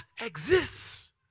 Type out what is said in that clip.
exists